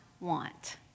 want